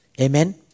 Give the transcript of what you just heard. Amen